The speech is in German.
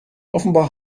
offenbar